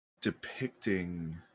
depicting